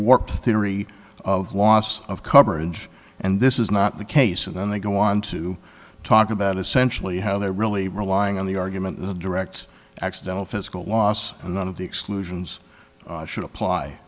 work theory of loss of coverage and this is not the case and then they go on to talk about essentially how they really relying on the argument of the direct accidental physical laws and one of the exclusions should apply